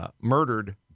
murdered